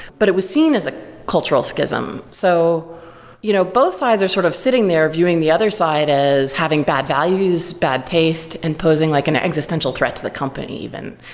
but it was seen as a cultural schism. so you know both sides are sort of sitting there viewing the other side as having bad values, bad tastes and posing like an existential threat to the company even,